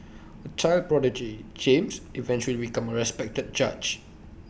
A child prodigy James eventually became A respected judge